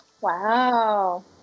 Wow